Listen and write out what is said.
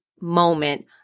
moment